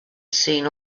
seen